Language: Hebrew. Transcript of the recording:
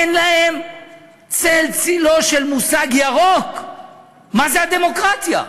אין להם צל צלו של מושג ירוק מה זה הדמוקרטיה.